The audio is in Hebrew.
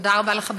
תודה רבה לך.